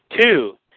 Two